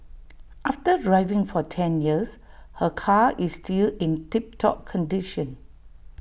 after driving for ten years her car is still in tip top condition